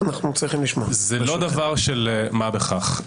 זה לא דבר של מה בכך,